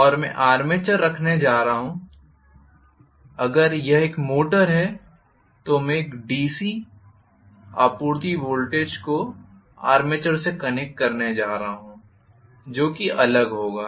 और मैं आर्मेचर रखने जा रहा हूं अगर यह एक मोटर है तो मैं डीसी आपूर्ति वोल्टेज को आर्मेचर से कनेक्ट करने जा रहा हूं जो कि अलग होगा